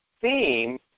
theme